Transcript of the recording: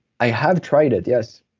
i have tried it, yes.